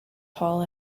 paul